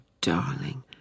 darling